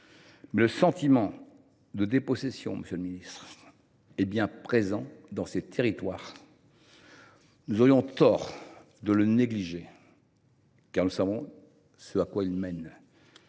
le sentiment de dépossession est bien présent dans ces territoires. Nous aurions tort de le négliger, car nous savons à quoi il mène.